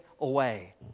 away